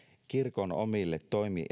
kirkon omille